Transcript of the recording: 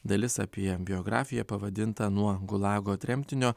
dalis apie biografiją pavadinta nuo gulago tremtinio